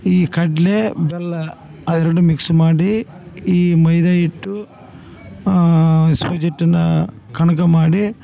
ಈ ಕಡ್ಲೆ ಬೆಲ್ಲ ಅದೆರಡನ್ನು ಮಿಕ್ಸ್ ಮಾಡಿ ಈ ಮೈದ ಹಿಟ್ಟು ಸೂಜಿಟ್ಟನ್ನ ಕಣಗ ಮಾಡಿ